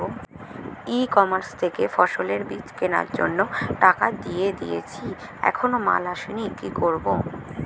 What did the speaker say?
ই commerce থেকে ফসলের বীজ কেনার জন্য টাকা দিয়ে দিয়েছি এখনো মাল আসেনি কি করব?